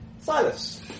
Silas